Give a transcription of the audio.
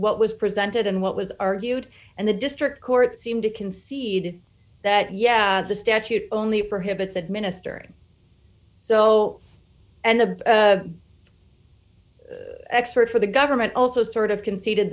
what was presented and what was argued and the district court seemed to concede that yes the statute only prohibits administering so and the expert for the government also sort of conceded